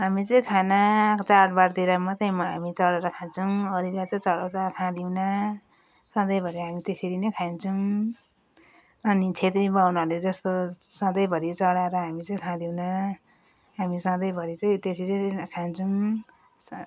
हामी चाहिँ खाना चाडबाडतिर मात्रै हामी चढाएर खान्छौँ अरू बेला चाहिँ चढाउँदा खाँदैनौँ सधैँभरि हामी त्यसरी नै खान्छौँ अनि छेत्री बाहुनहरूले जस्तो सधैँभरि चढाएर हामी चाहिँ खाँदैनौँ हामी सधैँभरि चाहिँ त्यसरी नै खान्छौँ